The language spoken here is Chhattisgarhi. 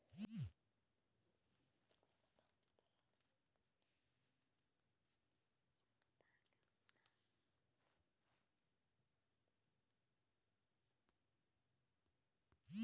जेखर करा खेत खार जादा नइ हे य थोरको खेत खार नइ हे वोही ह बनी कमाथे